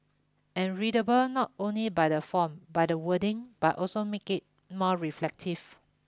and readable not only by the font by the wordings but also make it more reflective